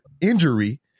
injury